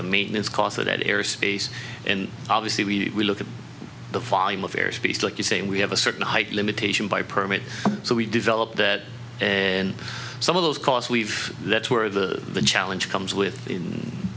the maintenance cost of that air space and obviously we look at the volume of air space like you say we have a certain height limitation by permit so we develop that and some of those cost we've that's where the challenge comes with in